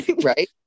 Right